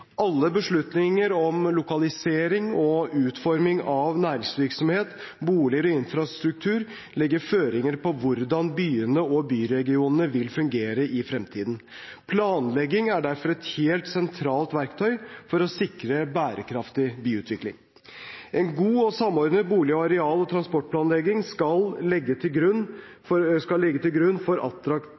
Alle beslutninger om lokalisering og utforming av næringsvirksomhet, boliger og infrastruktur legger føringer for hvordan byene og byregionene vil fungere i fremtiden. Planlegging er derfor et helt sentralt verktøy for å sikre bærekraftig byutvikling. En god og samordnet bolig-, areal- og transportplanlegging skal ligge til grunn for attraktive og klimasmarte byer. Vi må planlegge for